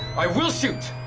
i will shoot!